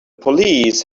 police